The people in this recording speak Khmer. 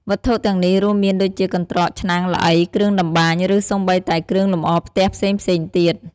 វត្ថុទាំងនេះរួមមានដូចជា កន្ត្រក ឆ្នាំង ល្អី គ្រឿងតម្បាញ ឬសូម្បីតែ គ្រឿងលម្អផ្ទះ ផ្សេងៗទៀត។